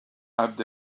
abd